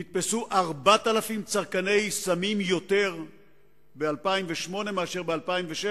ב-2008 נתפסו יותר מ-4,000 צרכני סמים מאשר ב-2006,